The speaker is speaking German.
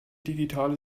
digitale